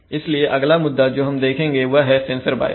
इसलिए अगला मुद्दा जो हम देखेंगे वह है सेंसर बायस